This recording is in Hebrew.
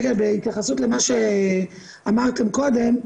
בהתייחסות למה שאמרתם קודם,